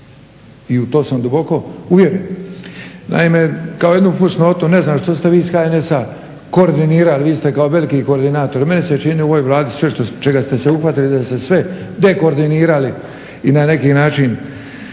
i u to sam duboko uvjeren. Naime, kao jednu fusnotu, ne znam što ste vi iz HNS-a koordinirali, vi ste kao veliki koordinatori. Meni se čini u ovoj Vladi sve čega ste se uhvatili da se sve dekoordinirali i na neki način